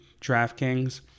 DraftKings